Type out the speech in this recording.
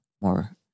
more